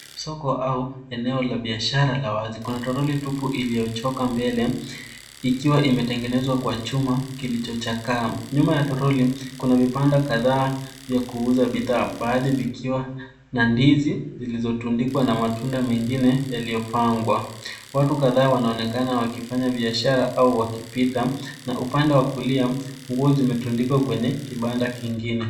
Soko au eneo la biashara la wazi. Kuna toroli tupu iliyochoka mbele, ikiwa imetengenezwa kwa chuma kilichochakaa. Nyuma ya toroli kuna vibanda kadhaa vya kuuza bidhaa baadhi vikiwa na ndizi zilizotundikwa na matunda mengine yaliyopangwa. Watu kadhaa wanaonekana wakifanya biashara au wakipita na upande wa kulia nguo zimetundikwa kwenye kibanda kingine.